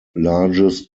largest